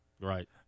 Right